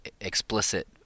explicit